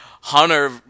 Hunter